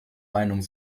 meinung